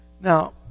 Now